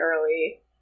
early